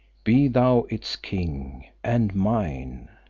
be thou its king, and mine!